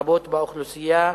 רבות באוכלוסייה.